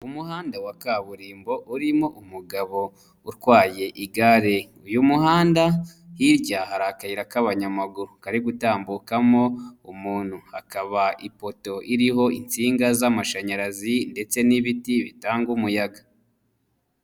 Umuhanda wa kaburimbo urimo umugabo utwaye igare, uyu muhanda hirya hari akayira k'abanyamaguru kari gutambukamo umuntu, hakaba ipoto iriho insinga z'amashanyarazi ndetse n'ibiti bitanga umuyaga.